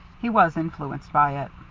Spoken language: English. he was influenced by it.